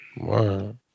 wow